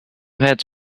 heads